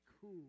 cool